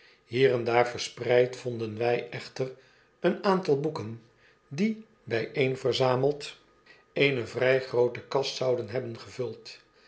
hier en daar verspreid vonden wij echter een aantal boeken die byeenverzameid eene vry groote kast zouden hebben gevuld